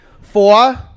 Four